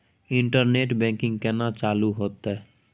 Internet banking केना चालू हेते?